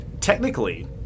technically